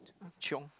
chiong